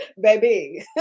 baby